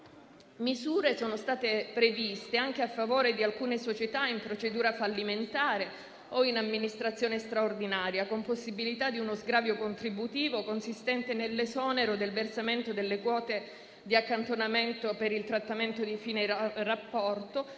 Misure sono state previste anche a favore di alcune società in procedura fallimentare o in amministrazione straordinaria, con possibilità di uno sgravio contributivo consistente nell'esonero del versamento delle quote di accantonamento per il trattamento di fine rapporto,